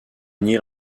renier